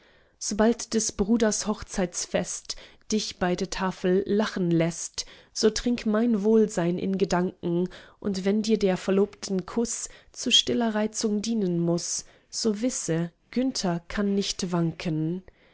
sobald des bruders hochzeitsfest dich bei der tafel lachen läßt so trink mein wohlsein in gedanken und wenn dir der verlobten kuß zu stiller reizung dienen muß so wisse günther kann nicht wanken